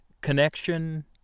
connection